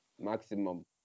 maximum